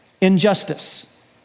injustice